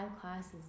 classes